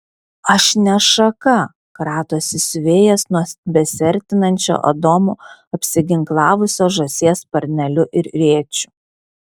aš ne šaka kratosi siuvėjas nuo besiartinančio adomo apsiginklavusio žąsies sparneliu ir rėčiu